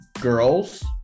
girls